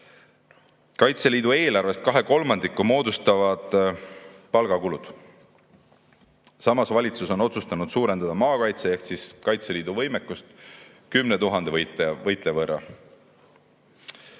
Kaitseliidu eelarvest kaks kolmandikku moodustavad palgakulud. Samas, valitsus on otsustanud suurendada maakaitse ehk Kaitseliidu võimekust 10 000 võitleja võrra.